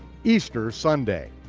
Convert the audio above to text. easter sunday.